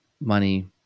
money